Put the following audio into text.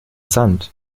sand